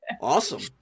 Awesome